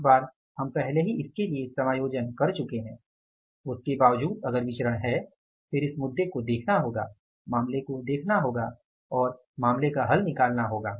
एक बार हम पहले ही इसके लिए समायोजन कर चुके हैं उसके बावजूद अगर विचरण है फिर इस मुद्दे को देखना होगा मामले को देखना होगा और मामले का हल करना होगा